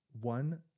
one